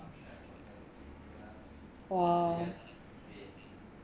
!wow!